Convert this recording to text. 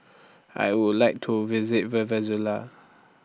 I Would like to visit Venezuela